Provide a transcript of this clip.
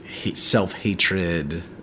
self-hatred